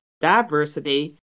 Diversity